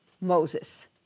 Moses